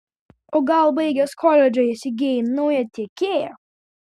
o gal baigęs koledžą įsigijai naują tiekėją